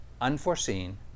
unforeseen